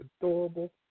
adorable